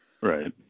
right